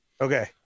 Okay